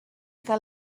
que